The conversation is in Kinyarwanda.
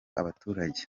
abaturage